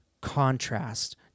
contrast